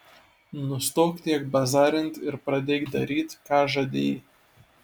nustok tiek bazarint ir pradėk daryt ką žadėjai